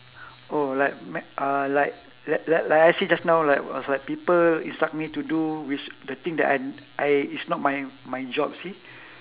oh like uh like like like like I said just now like was like people instruct me to do with the thing that I'm I is not my my job you see